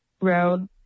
road